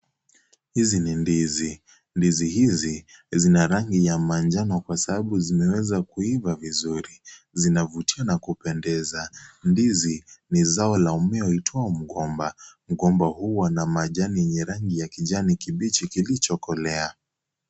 Hizi ni ndizi. Ndizi hizi zina rangi ya manjano kwa sababu zimeweza kuiva vizuri. Zinavutia na kupendeza. Ndizi ni zao la mmea huitwao mgomba. Mgomba huwa na majani yenye rangi ya kijani kibichi kilichokolea.